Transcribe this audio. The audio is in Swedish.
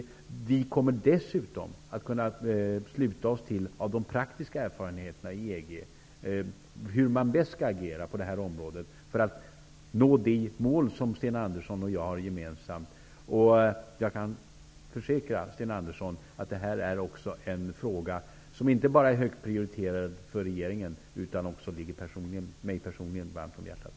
Av de praktiska erfarenheterna i EG kommer vi dessutom att dra slutsatser om hur vi bäst kan agera på området för att nå de mål som Sten Andersson och jag har gemensamt. Jag kan försäkra, Sten Andersson att den här frågan inte bara är högt prioriterad inom regeringen. Den ligger också mig personligen varmt om hjärtat.